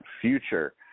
future